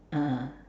ah ah